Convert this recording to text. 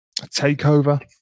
Takeover